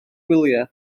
gwyliau